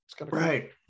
Right